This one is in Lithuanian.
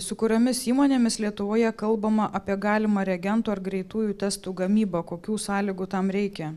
su kuriomis įmonėmis lietuvoje kalbama apie galimą reagentų ar greitųjų testų gamybą kokių sąlygų tam reikia